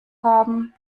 haben